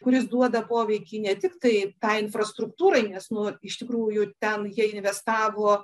kuris duoda poveikį ne tiktai tai infrastruktūrai nes nu iš tikrųjų ten jie investavo